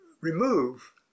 remove